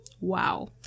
Wow